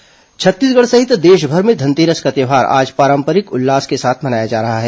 धनतेरस छत्तीसगढ़ सहित देशभर में धनतेरस का त्यौहार आज पारंपरिक उल्लास के साथ मनाया जा रहा है